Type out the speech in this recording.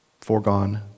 foregone